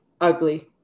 ugly